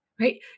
right